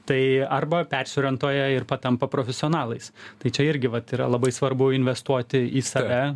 tai arba persiorientuoja ir patampa profesionalais tai čia irgi vat yra labai svarbu investuoti į save